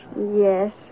Yes